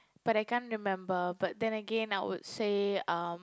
but I can't remember but then again I would say um